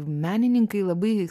menininkai labai